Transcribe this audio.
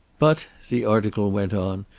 but, the article went on,